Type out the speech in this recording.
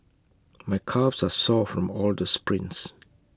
my calves are sore from all the sprints